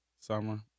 Summer